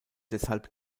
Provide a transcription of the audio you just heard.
deshalb